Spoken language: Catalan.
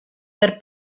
per